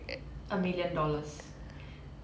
a million dollars